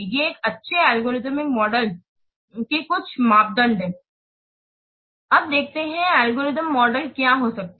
ये एक अच्छे एल्गोरिदम मॉडल के कुछ मापदंड हैं अब देखते हैं कि एल्गोरिथ्म मॉडल क्या हो सकते हैं